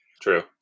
True